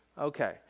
Okay